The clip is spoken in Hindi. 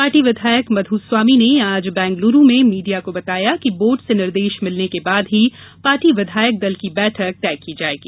पार्टी विधायक मधु स्वामी ने आज बेंगलूरू में मीडिया को बताया कि बोर्ड से निर्देश मिलने के बाद ही पार्टी विधायक दल की बैठक तय की जायेगी